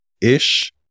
ish